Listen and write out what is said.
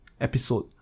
episode